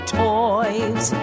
toys